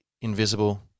invisible